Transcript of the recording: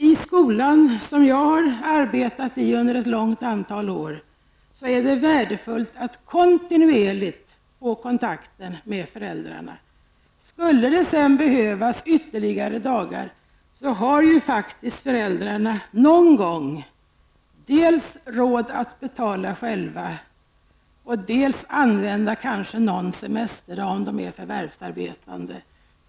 I skolan -- som jag har arbetat inom under ett stort antal år -- är det värdefullt att kontinuerligt få kontakter med föräldrarna. Skulle det sedan behövas ytterligare dagar har föräldrarna någon gång råd att betala själva eller möjlighet att använda någon semesterdag om de är förvärvsarbetande.